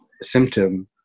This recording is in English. symptom